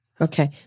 Okay